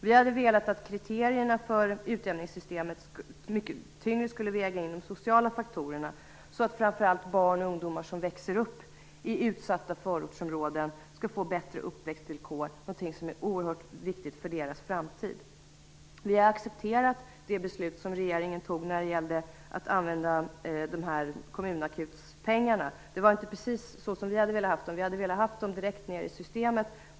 Vi hade velat att man i kriterierna för utjämningssystemet mycket tyngre skulle väga in de sociala faktorerna, så att framför allt barn och ungdomar som växer upp i utsatta förortsområden skall få bättre uppväxtvillkor, någonting som är oerhört viktigt för deras framtid. Vi har accepterat det beslut som regeringen antog när det gällde att använda kommunakutspengarna. Det var inte precis som vi hade velat ha det. Vi hade velat ha pengarna direkt ned i systemet.